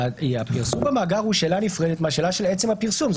הפרסום במאגר הוא שאלה נפרדת מהשאלה על עצם הפרסום.